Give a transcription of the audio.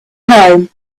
home